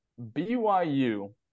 BYU